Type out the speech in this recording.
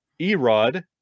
Erod